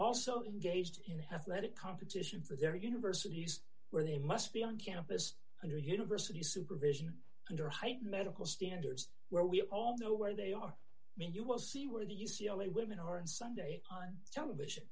also in gauged in athletics competition for their universities where they must be on campus under university supervision under hight medical standards where we all know where they are men you will see where the u c l a women are and sunday on television